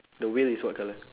the wheel is what colour